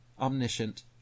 omniscient